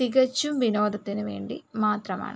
തികച്ചും വിനോദത്തിനു വേണ്ടി മാത്രമാണ്